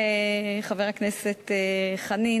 חבר הכנסת חנין,